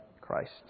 Christ